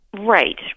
Right